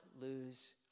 lose